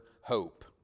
hope